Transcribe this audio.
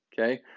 okay